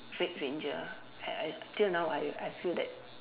red ranger I I till now I I feel that